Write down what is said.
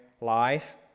life